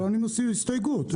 אבל אני מסיר הסתייגות.